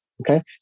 Okay